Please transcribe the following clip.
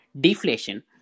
deflation